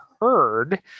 heard